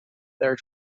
their